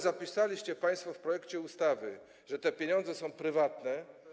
Zapisaliście państwo w projekcie ustawy, że te pieniądze są prywatne.